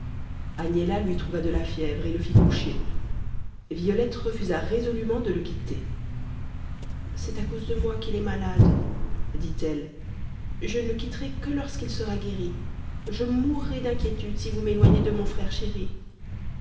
agnella lui trouva de la fièvre et le fit coucher violette refusa résolument de le quitter c'est à cause de moi qu'il est malade dit-elle je ne le quitterai que lorsqu'il sera guéri je mourrai d'inquiétude si vous m'éloignez de mon frère chéri